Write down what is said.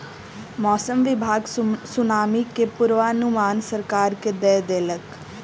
मौसम विभाग सुनामी के पूर्वानुमान सरकार के दय देलक